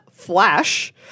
Flash